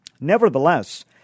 Nevertheless